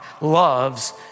loves